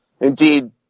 indeed